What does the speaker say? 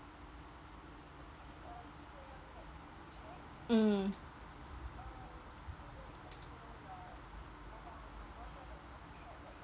mm